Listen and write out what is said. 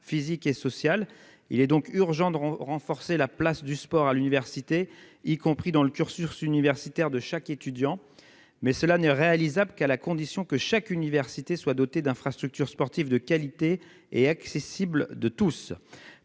physique et sociale des étudiants. Il est donc urgent de renforcer la place du sport à l'université, y compris dans le cursus universitaire de chaque étudiant. Mais cela n'est réalisable qu'à la condition que chaque université soit dotée d'infrastructures sportives de qualité et accessibles à tous.